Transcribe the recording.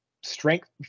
strength